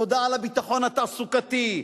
תודה על הביטחון התעסוקתי,